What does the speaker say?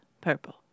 Purple